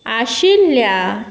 आशिल्ल्या